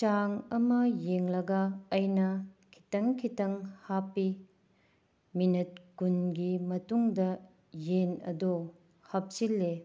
ꯆꯥꯡ ꯑꯃ ꯌꯦꯡꯂꯒ ꯑꯩꯅ ꯈꯤꯇꯪ ꯈꯤꯇꯪ ꯍꯥꯞꯄꯤ ꯃꯤꯅꯠ ꯀꯨꯟꯒꯤ ꯃꯇꯨꯡꯗ ꯌꯦꯟ ꯑꯗꯣ ꯍꯥꯞꯆꯤꯟꯂꯦ